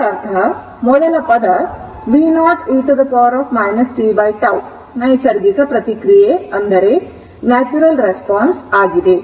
ಇದರರ್ಥ ಮೊದಲ ಪದ v0 e t tτ ನೈಸರ್ಗಿಕ ಪ್ರತಿಕ್ರಿಯೆ ಆಗಿದೆ